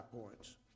points